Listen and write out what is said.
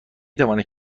توانید